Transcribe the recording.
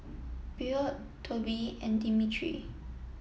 Bill Toby and Dimitri